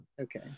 okay